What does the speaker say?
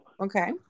Okay